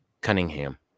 Cunningham